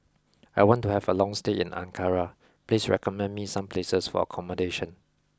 I want to have a long stay in Ankara please recommend me some places for accommodation